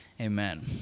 Amen